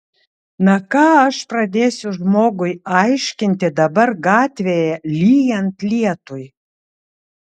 na ką aš pradėsiu žmogui aiškinti dabar gatvėje lyjant lietui